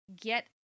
get